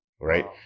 right